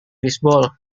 bisbol